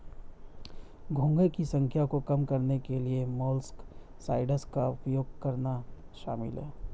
घोंघे की संख्या को कम करने के लिए मोलस्कसाइड्स का उपयोग करना शामिल है